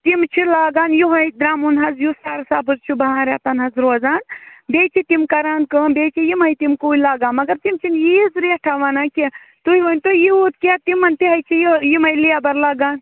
تِم چھِ لگان یِہےَ درمُن حظ یُس سرسَبز چھُ باہَن ریٚتَن حظ روزان بیٚیہِ چھِ تِم کران کٲم بیٚیہِ چھِ یِمَے تِم کُلۍ لگان مَگر تِم چھِنہٕ ییٖژ ریٹھاہ وَنان کیٚنٛہہ تُہۍ ؤنۍتَو یوٗت کیٛاہ تِمن تہِ ہے چھےٚ یِمَے لیبر لگان